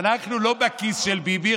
שאנחנו לא בכיס של ביבי,